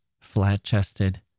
flat-chested